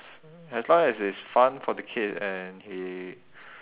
as long as it's fun for the kid and he